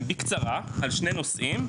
בקצרה, על שני נושאים,